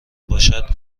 باشد